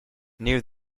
near